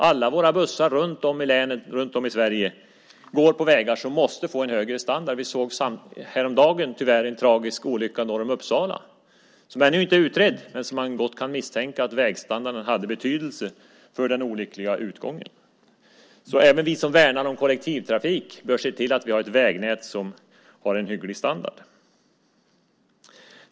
Alla bussar runt om i länen och runt om i Sverige går på vägar som måste få en högre standard. Häromdagen var det tyvärr en tragisk olycka norr om Uppsala. Den är ännu inte utredd, men man kan gott misstänka att vägstandarden hade betydelse för den olyckliga utgången. Även vi som värnar om kollektivtrafiken bör se till att vi har ett vägnät som har en hygglig standard.